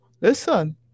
Listen